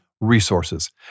resources